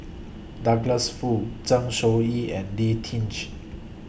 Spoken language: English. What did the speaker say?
Douglas Foo Zeng Shouyin and Lee